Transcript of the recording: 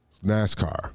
NASCAR